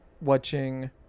watching